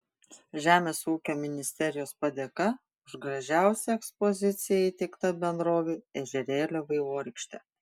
žemės ūkio ministerijos padėka už gražiausią ekspoziciją įteikta bendrovei ežerėlio vaivorykštė